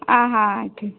ಹಾಂ ಹಾಂ ಆಯ್ತು ಆಯ್ತು